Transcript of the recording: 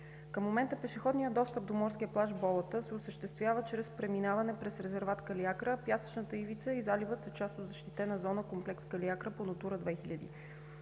Към момента пешеходният достъп до морския плаж „Болата“ се осъществява чрез преминаване през резерват „Калиакра“, а пясъчната ивица и заливът са част от защитена зона „Комплекс Калиакра“ по Натура 2000.